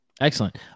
Excellent